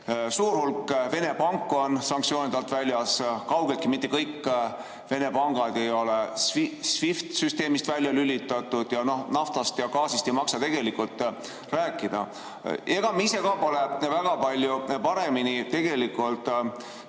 Suur hulk Vene panku on sanktsioonide alt väljas. Kaugeltki mitte kõik Vene pangad ei ole SWIFT-i süsteemist välja lülitatud ja naftast ja gaasist ei maksa tegelikult rääkida. Ega me ise ka pole väga palju paremini tegelikult